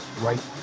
right